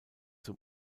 zum